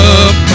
up